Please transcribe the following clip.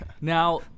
Now